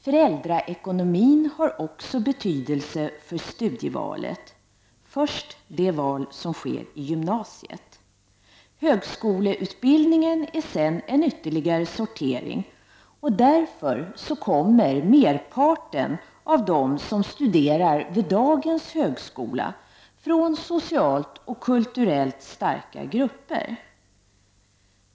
Föräldraekonomin har också betydelse för studievalet — först det val som sker i gymnasiet. Högskoleutbildningen är sedan en ytterligare sortering. Därför kommer merparten av dem som studerar vid dagens högskola från socialt och kulturellt starka grupper.